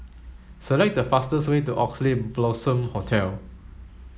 select the fastest way to Oxley Blossom Hotel